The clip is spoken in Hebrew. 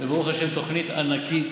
וברוך השם זו תוכנית ענקית.